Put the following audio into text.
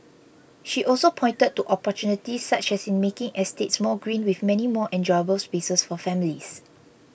she also pointed to opportunities such as in making estates more green with many more enjoyable spaces for families